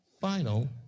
Final